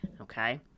Okay